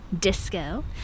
disco